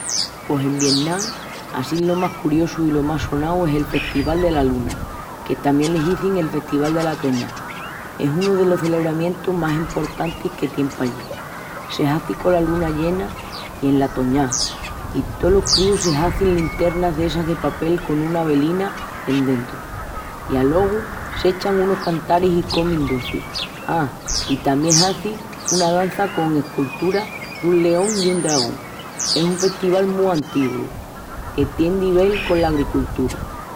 Pos en Vietnam assín lo más curiosu i lo más sonau es el Festival dela Luna, que tamién l'izin el Festival dela Toñá. Es unu delos celebramientus más emportantis que tienin pallí. Se hazi cola luna llena i ena toñá, i tolos críus se hazin liternas d'essas de papel con una velina endrentu. I alogu s'echan unus cantaris i comin ducis. A, i tamién hazin una dança con esculturas dun león i un dragón. Es un festival mu antigu que tien de vel cola agricultura.